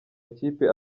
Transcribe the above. amakipe